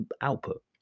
output